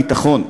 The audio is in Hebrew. ביטחון,